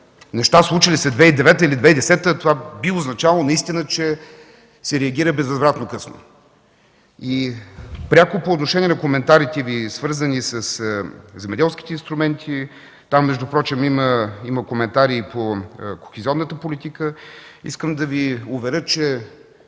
неща, случили се през 2009 или 2010 г., това би означавало, че се реагира безвъзвратно късно. Пряко по отношение на коментарите Ви, свързани със земеделските инструменти. Впрочем там има коментари по кохезионната политика. Искам да Ви уверя, че